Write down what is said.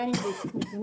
בין אם זה אבחון פנים,